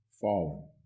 fallen